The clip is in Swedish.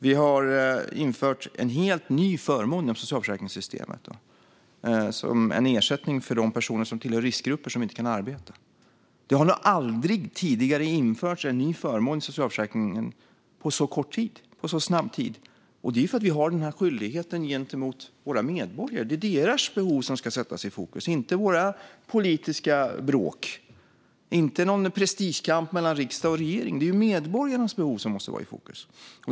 Vi har infört en helt ny förmån inom socialförsäkringssystemet, en ersättning för de personer som tillhör riskgrupper och som inte kan arbeta. Det har nog aldrig tidigare införts en ny förmån inom socialförsäkringen så snabbt. Det är för att vi har denna skyldighet gentemot våra medborgare. Det är deras behov som ska sättas i fokus, inte våra politiska bråk, inte någon prestigekamp mellan riksdag och regering. Det är medborgarnas behov som måste vara i fokus.